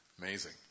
Amazing